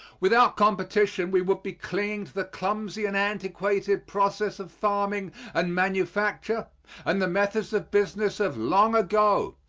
without competition we would be clinging to the clumsy and antiquated process of farming and manufacture and the methods of business of long ago,